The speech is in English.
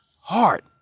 heart